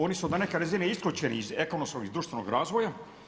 Oni su na nekoj razini isključeni iz ekonomskog i društvenog razvoja.